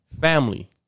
family